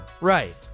Right